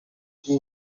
who